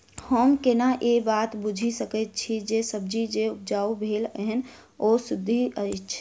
हम केना ए बात बुझी सकैत छी जे सब्जी जे उपजाउ भेल एहन ओ सुद्ध अछि?